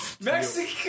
Mexico